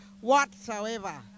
whatsoever